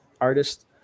artist